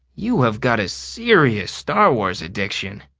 you have got a serious star wars addiction.